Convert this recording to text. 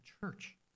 church